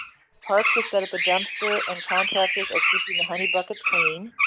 parks has set up a dumpster and contractors are keeping the honey buckets clean.